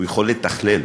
הוא יכול לתכלל,